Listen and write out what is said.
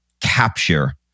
capture